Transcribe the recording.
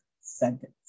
sentence